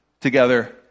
together